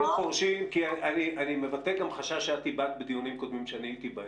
אני מבטא גם חשש שאת הבעת בדיונים קודמים שאני הייתי בהם.